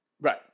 Right